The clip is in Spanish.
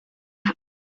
las